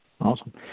Awesome